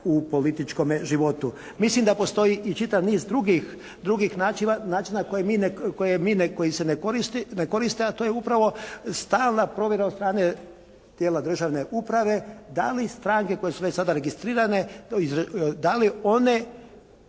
u političkome životu. Mislim da postoji i čitav niz drugih načina koji se ne koriste a to je upravo stalna provjera od strane tijela državne uprave. Da li stranke koje su već sada registrirane, da li one